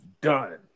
done